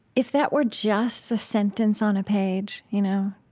if that were just a sentence on a page, you know,